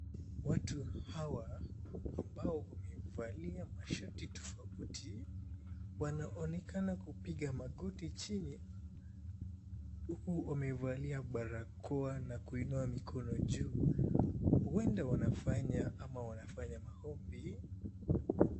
Watu hawa ambao wamevalia mashati tofauti wanaonekana kupiga magoti chini huku wmevalia barakoa na kuinua mikono juu. Huenda wanafanya ama wanafanya maombi.